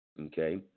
okay